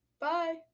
Bye